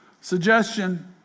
Suggestion